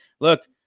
look